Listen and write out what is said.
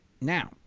Now